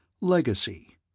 Legacy